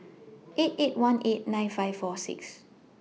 eight eight one eight nine five four six